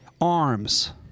arms